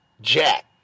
Jack